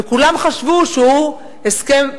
וכולם חשבו שהוא הסכם,